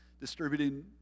distributing